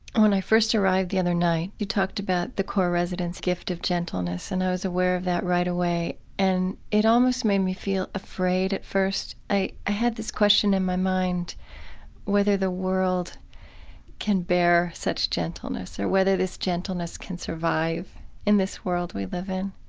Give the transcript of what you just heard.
when i first arrived the other night, you talked about the core residents' gift of gentleness, and i was aware of that right away. and it almost made me feel afraid at first. i had this question in my mind whether the world can bear such gentleness, or whether this gentleness can survive in this world we live in.